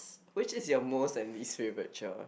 which is your most and least favourite chore